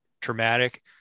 traumatic